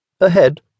Ahead